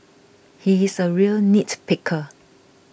he is a real nitpicker